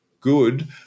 good